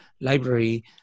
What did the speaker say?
library